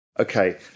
Okay